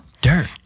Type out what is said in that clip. dirt